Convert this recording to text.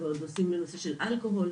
ועוד עושים בנושא של אלכוהול.